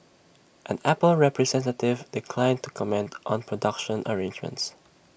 an Apple representative declined to comment on production arrangements